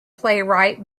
playwright